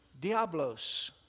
diablos